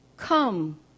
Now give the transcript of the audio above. come